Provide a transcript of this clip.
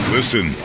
Listen